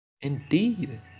Indeed